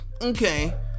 okay